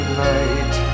night